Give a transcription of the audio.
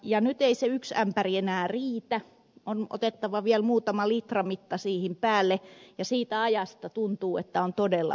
ja nyt ei se yksi ämpäri enää riitä on otettava vielä muutama litran mitta siihen päälle ja tuntuu että siitä on todella vähän aikaa